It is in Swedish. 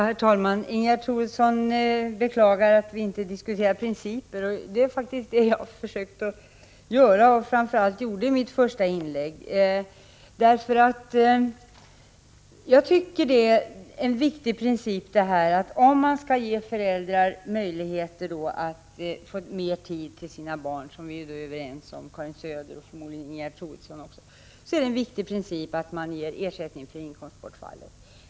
Herr talman! Ingegerd Troedsson beklagar att vi inte diskuterar principer, men det var faktiskt det jag försökte göra i mitt första inlägg. Om man skall ge föräldrar möjlighet att få mer tid till sina barn — och det. tycks vi alla vara överens om, Karin Söder, jag och förmodligen också Ingegerd Troedsson — är det en viktig princip att ge ersättning för inkomstbortfallet.